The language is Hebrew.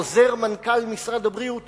חוזר מנכ"ל משרד הבריאות,